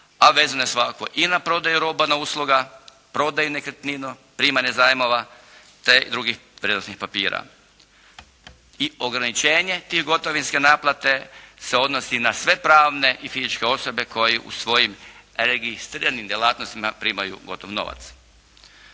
a vezano je svakako i na prodaju roba, usluga, prodaju nekretninu, primanje zajmova, te drugih vrijednosnih papira. I ograničenje te gotovinske naplate se odnosi na sve pravne i fizičke osobe koji u svojim registriranim djelatnostima primaju gotov novac.